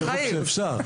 בבקשה.